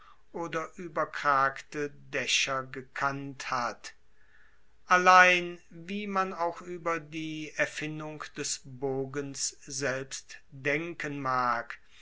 oder ueberkragte daecher gekannt hat allein wie man auch ueber die erfindung des bogens selbst denken mag